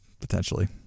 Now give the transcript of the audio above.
potentially